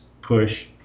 push